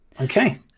Okay